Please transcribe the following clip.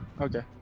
Okay